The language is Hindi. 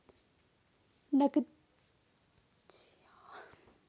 मुझे घर का इन्श्योरेंस करवाना है क्या मैं ऑनलाइन कर सकता हूँ इसके लिए कोई ऐप है?